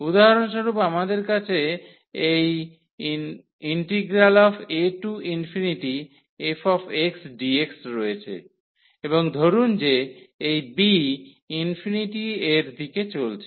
উদাহরণস্বরূপ আমাদের কাছে এই afxdx রয়েছে এবং ধরুন যে এই b ∞ এর দিকে চলছে